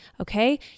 okay